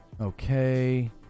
okay